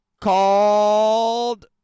called